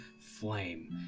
flame